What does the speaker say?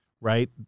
right